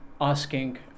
asking